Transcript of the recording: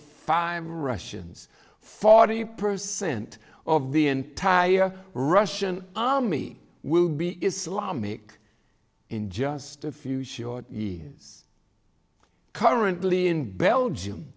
five russians forty percent of the entire russian army will be islamic in just a few sure yes currently in belgium